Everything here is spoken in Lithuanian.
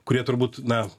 kurie turbūt na